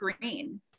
green